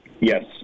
yes